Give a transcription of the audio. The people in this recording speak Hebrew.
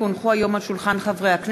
כי הונחו היום על שולחן הכנסת,